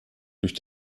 durch